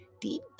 deep